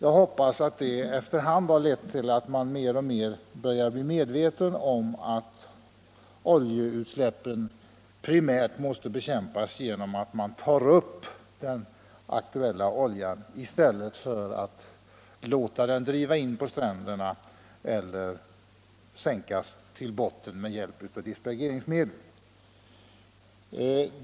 Jag hoppas att det efter hand har lett till att man blivit mer medveten om att oljeutsläpp primärt måste bekämpas genom att oljan tas upp i stället för att den får driva in till stränderna eller sänks till botten med hjälp av dispergeringsmedel.